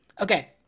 Okay